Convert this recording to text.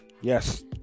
Yes